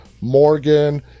Morgan